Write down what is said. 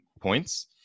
points